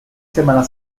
semana